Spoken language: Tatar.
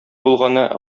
булганы